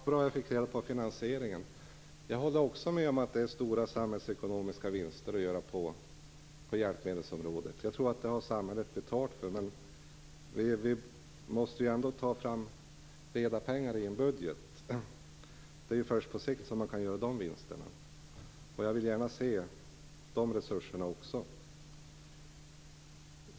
Herr talman! Det var bra att jag fick reda på finansieringen. Jag håller med om att det finns stora samhällsekonomiska vinster att göra på hjälpmedelsområdet. Det har samhället betalt för. Men vi måste ändå ta fram reda pengar i en budget. Vinsterna kan man göra först på sikt, och jag vill gärna se resurserna också.